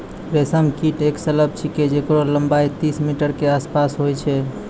रेशम कीट एक सलभ छिकै जेकरो लम्बाई तीस मीटर के आसपास होय छै